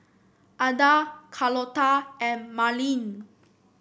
Ada Carlota and Marlin